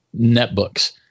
netbooks